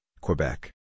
Quebec